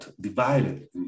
divided